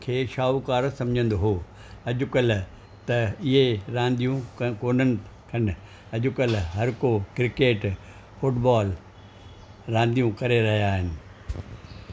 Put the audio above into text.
खे शाहूकार समुझंदो हुओ अॼुकल्ह त इहे रांदियूं कोननि कनि अॼुकल्ह हर को किक्रेट फुटबॉल रांदियूं करे रहियां आहिनि